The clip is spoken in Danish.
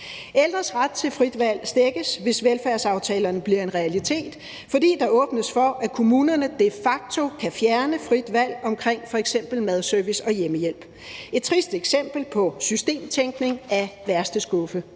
Ældres ret til frit valg stækkes, hvis velfærdsaftalerne bliver en realitet, fordi der åbnes for, at kommunerne de facto kan fjerne frit valg omkring f.eks. madservice og hjemmehjælp. Det er et trist eksempel på systemtænkning af værste skuffe.